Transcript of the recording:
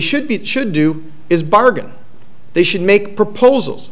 should be should do is bargain they should make proposals